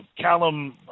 Callum